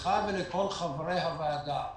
לך ולכל חברי הוועדה,